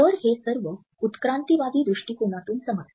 तर हे सर्व उत्क्रांतीवादी दृष्टीकोनातून समजते